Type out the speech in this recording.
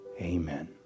amen